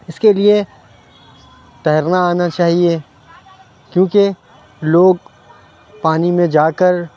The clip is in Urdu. اِس کے لیے تیرنا آنا چاہیے کیوں کہ لوگ پانی میں جا کر